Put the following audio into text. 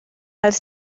als